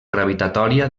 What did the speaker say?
gravitatòria